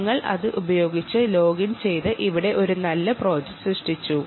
ഞങ്ങൾ അത് ഉപയോഗിച്ച് ലോഗിൻ ചെയ്ത് ഇവിടെ ഒരു നല്ല പ്രോജക്റ്റ് സൃഷ്ടിച്ചു